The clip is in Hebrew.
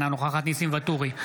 אינה נוכחת ניסים ואטורי,